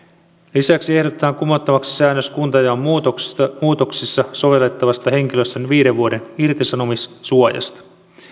lisäksi ehdotetaan kumottavaksi säännös kuntajaon muutoksissa muutoksissa sovellettavasta henkilöstön viiden vuoden irtisanomissuojasta